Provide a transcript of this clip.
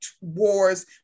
wars